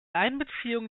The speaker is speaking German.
einbeziehung